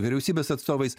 vyriausybės atstovais